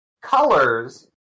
colors